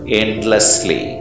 endlessly